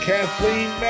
Kathleen